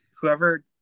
Whoever